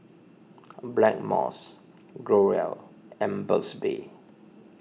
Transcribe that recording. Blackmores Growell and Burt's Bee